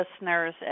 listeners